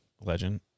Legend